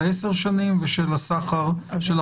אני